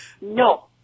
no